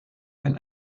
wenn